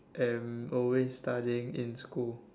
am always studying in school